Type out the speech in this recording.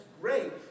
great